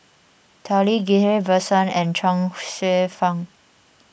Tao Li Ghillie Basan and Chuang Hsueh Fang